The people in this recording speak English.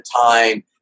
time